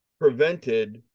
prevented